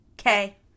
Okay